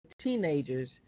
teenagers